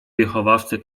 wychowawcy